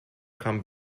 come